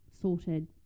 sorted